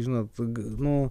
žinot nu